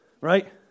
right